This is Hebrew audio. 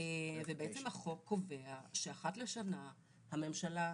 ובעצם החוק קובע שאחת לשנה הממשלה,